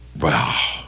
Wow